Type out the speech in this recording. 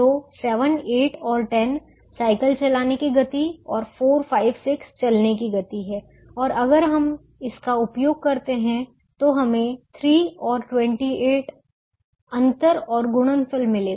तो 7 8 और 10 साइकल चलाने की गति और 4 5 6 चलने की गति है और अगर हम इसका उपयोग करते हैं तो हमें 3 और 28 अंतर और गुणनफल मिलेगा